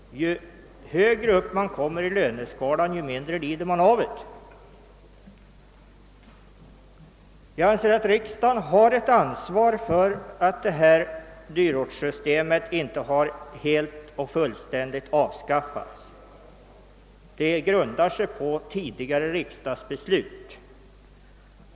Ju högre upp i löneskalan man kommer, desto mindre lider man av den diskrimineringen. Jag anser att riskdagen har ansvar för att dyrortssystemet inte har avskaffats helt. Systemet grundar sig ju på tidigare riksdagsbeslut.